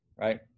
Right